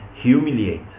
humiliate